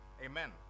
Amen